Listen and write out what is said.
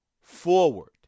forward